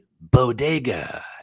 bodega